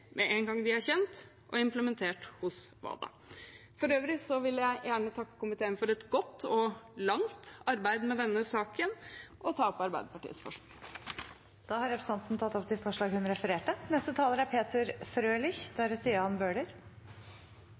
med en gang de er kjent og implementert hos WADA. For øvrig vil jeg gjerne takke komiteen for et godt og langt arbeid med denne saken og ta opp de forslagene Arbeiderpartiet har sammen med Sosialistisk Venstreparti. Representanten Maria Aasen-Svensrud har tatt opp de forslagene hun refererte